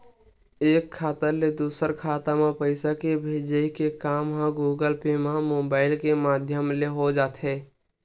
एक खाता ले दूसर खाता म पइसा के भेजई के काम ह गुगल पे म मुबाइल के माधियम ले हो जाथे